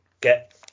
get